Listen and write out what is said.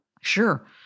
Sure